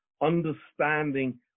understanding